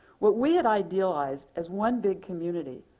what we had idealized as one big community,